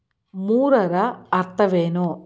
ಮೂರರ ಅರ್ಥವೇನು?